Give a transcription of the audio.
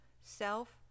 self